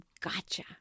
gotcha